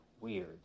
weird